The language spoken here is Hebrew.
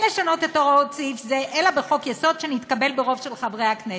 לשנות את הוראות סעיף זה אלא בחוק-יסוד שנתקבל ברוב של חברי הכנסת.